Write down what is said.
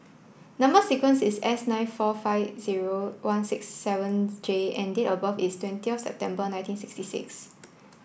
number sequence is S nine four five zero one six seven J and date of birth is twentith September nineteen sixty six